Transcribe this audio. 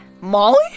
Molly